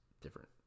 different